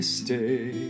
stay